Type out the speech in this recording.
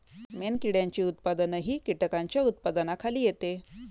मेणकिड्यांचे उत्पादनही कीटकांच्या उत्पादनाखाली येते